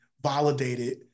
validated